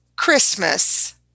Christmas